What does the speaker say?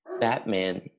Batman